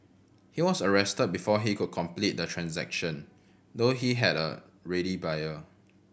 he was arrested before he could complete the transaction though he had a ready buyer